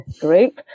group